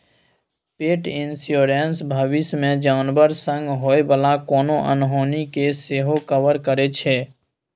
पेट इन्स्योरेन्स भबिस मे जानबर संग होइ बला कोनो अनहोनी केँ सेहो कवर करै छै